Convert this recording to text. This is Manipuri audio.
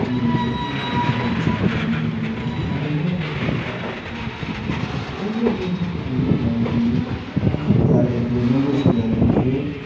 ꯃꯤꯑꯣꯏꯕꯒꯤ ꯋꯥꯈꯜꯂꯣꯟ ꯆꯦꯟꯗꯕꯅꯤ ꯍꯥꯏꯕꯗ ꯑꯦꯅꯤꯃꯦꯜ ꯍꯥꯏꯔꯒꯗꯤ ꯑꯩꯈꯣꯏꯅ ꯑꯦꯅꯤꯃꯦꯜ ꯕꯣꯗꯤ ꯑꯦꯅꯤꯃꯦꯜ ꯋꯥꯏꯜ ꯑꯦꯅꯤꯃꯦꯜ ꯃꯈꯜ ꯀꯌꯥ ꯂꯩꯈ꯭ꯔꯦ ꯂꯦꯡꯒꯣꯏꯁ ꯀꯌꯥ ꯂꯩꯈ꯭ꯔꯦ